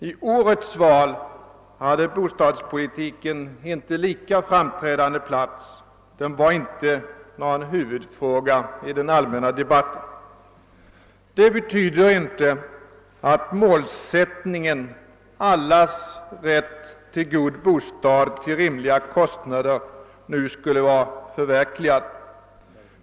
I årets val hade bostadspolitiken inte lika framträdande plats. Den var inte någon huvudfråga i den allmänna debatten. Det betyder inte att målsättningen allas rätt till god bostad till rimliga kostnader nu skulle vara förverkligad.